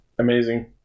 amazing